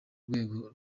rwego